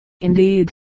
indeed